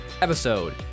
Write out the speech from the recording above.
episode